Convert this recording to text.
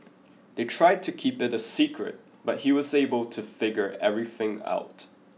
they tried to keep it a secret but he was able to figure everything out